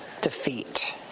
defeat